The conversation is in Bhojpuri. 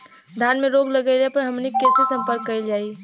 धान में रोग लग गईला पर हमनी के से संपर्क कईल जाई?